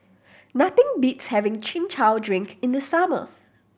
nothing beats having Chin Chow drink in the summer